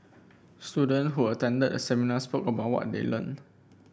students who attended the seminar spoke about what they learned